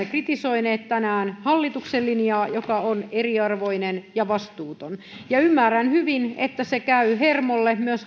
kritisoineet tänään hallituksen linjaa joka on eriarvoinen ja vastuuton ymmärrän hyvin että se käy myös